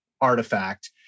artifact